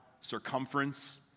circumference